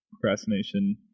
Procrastination